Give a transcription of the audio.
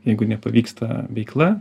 jeigu nepavyksta veikla